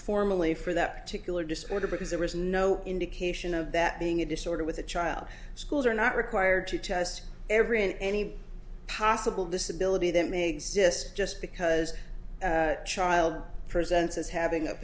formally for that particular disorder because there was no indication of that being a disorder with a child schools are not required to test every and any possible disability that may exist just because child presents as having a